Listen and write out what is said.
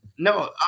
No